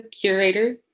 curator